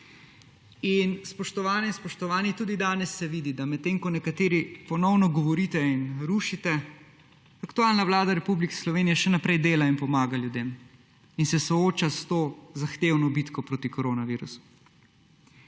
In, spoštovane in spoštovani, tudi danes se vidi, da medtem ko nekateri ponovno govorite in rušite, aktualna Vlada Republike Slovenije še naprej dela in pomaga ljudem in se sooča s to zahtevno bitko proti koronavirusu.